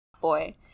boy